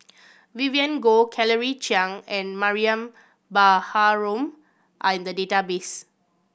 Vivien Goh Claire Chiang and Mariam Baharom are in the database